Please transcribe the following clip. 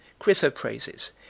chrysoprases